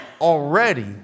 already